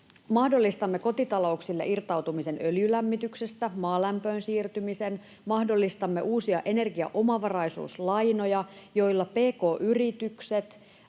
mahdollistamme kotitalouksille irtautumisen öljylämmityksestä, maalämpöön siirtymisen, mahdollistamme uusia energiaomavaraisuuslainoja, joilla pk-yritykset,